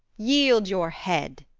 yield your head,